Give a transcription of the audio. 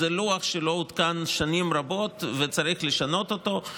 זה לוח שלא עודכן שנים רבות, וצריך לשנות אותו.